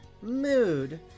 Mood